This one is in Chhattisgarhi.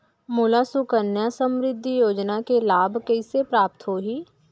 मोला सुकन्या समृद्धि योजना के लाभ कइसे प्राप्त होही?